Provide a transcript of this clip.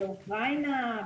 באוקראינה,